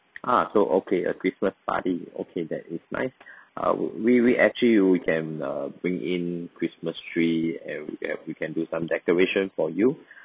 ah so okay a christmas party okay that is nice I would we we actually we can uh bring in christmas tree and we have we can do some decoration for you